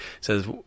says